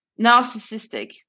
narcissistic